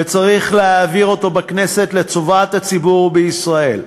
וצריך להעביר אותו בכנסת לטובת הציבור בישראל.